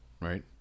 right